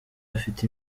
afite